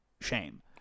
Shame